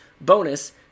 Bonus